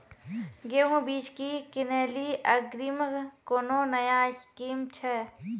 गेहूँ बीज की किनैली अग्रिम कोनो नया स्कीम छ?